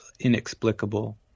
inexplicable